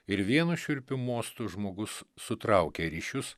ir vienu šiurpiu mostu žmogus sutraukė ryšius